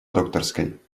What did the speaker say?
докторской